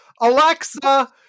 Alexa